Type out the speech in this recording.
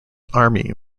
army